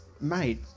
Mate